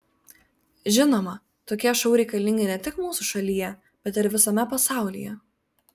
žinoma tokie šou reikalingi ne tik mūsų šalyje bet ir visame pasaulyje